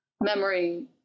memory